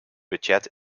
budget